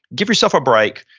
give yourself a break.